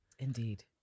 Indeed